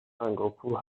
سنگاپور